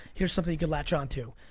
here's something you can latch onto.